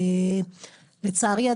לצערי,